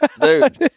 dude